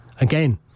again